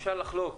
אפשר לחלוק.